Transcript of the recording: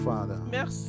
Father